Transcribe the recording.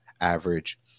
average